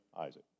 Isaac